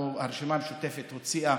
הרשימה המשותפת הוציאה